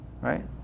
right